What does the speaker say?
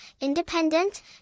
independent